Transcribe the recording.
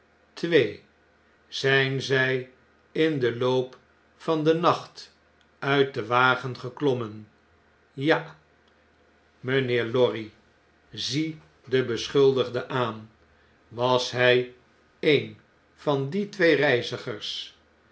twee zyn zy in den loop van den nacht uit den wagen geklommen ja mynheer lorry zie den beschuldigde aan was hy ee'n van die twee reizigers